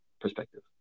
perspective